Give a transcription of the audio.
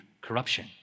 corruption